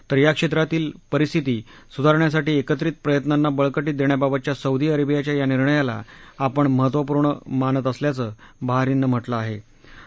तर या क्षेत्रातील परिस्थिती सुधारण्यासाठी एकत्रित प्रयत्नांना बळकी देण्याबाबतच्या सौदी अरेबियाच्या या निर्णयाला ापण महत्वपूर्ण मानत असल्याचं बहारीननं म्हा िं ाहे